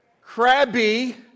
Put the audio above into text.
crabby